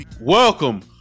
Welcome